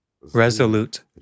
resolute